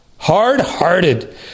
hard-hearted